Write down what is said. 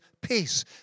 peace